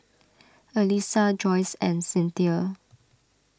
Alysa Joyce and Cynthia